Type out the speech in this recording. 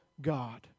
God